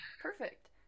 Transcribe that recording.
Perfect